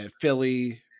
Philly